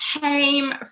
came